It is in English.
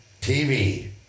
TV